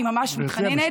אני ממש מתחננת,